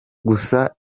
gusa